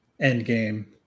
Endgame